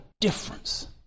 difference